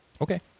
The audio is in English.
Okay